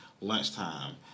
Lunchtime